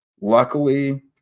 luckily